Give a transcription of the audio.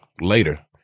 later